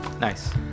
nice